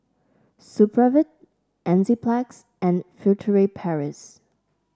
Supravit Enzyplex and Furtere Paris